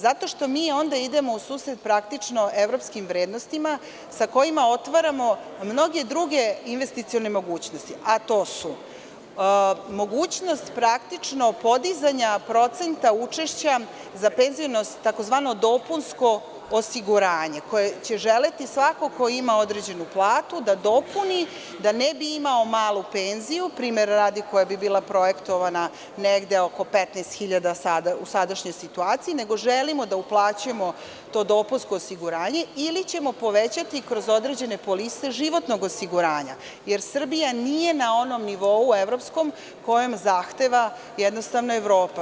Zato što onda idemo u susret evropskim vrednostima sa kojima otvaramo mnoge druge investicione mogućnosti, a to su mogućnost podizanja procenta učešća za dopunsko osiguranje, koje će želeti svako ko ima određenu platu da dopuni da ne bi imao malu penziju, primera radi, koja bi bila projektovana oko 15.000 u sadašnjoj situaciji, nego želimo da uplaćujemo to dopunsko osiguranje ili ćemo povećati kroz određene polise životnog osiguranja, jer Srbija nije na onom evropskom nivou koji zahteva Evropa.